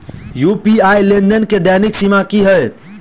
UPI लेनदेन केँ दैनिक सीमा की है?